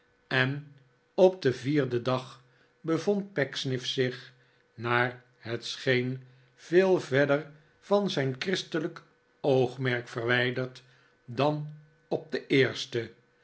en op den vierden dag bevond pecksniff zich naar het scheen veel verder van zijn christelijk oogmerk verwijderd dan op den eersten